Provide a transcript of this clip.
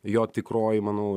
jo tikroji manau